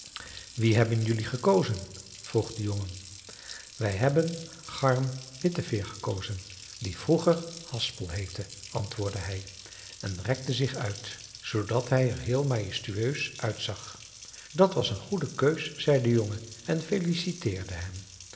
wie hebben jelui gekozen vroeg de jongen wij hebben garm witteveer gekozen die vroeger haspel heette antwoordde hij en rekte zich uit zoodat hij er heel majestueus uitzag dat was een goede keus zei de jongen en feliciteerde hem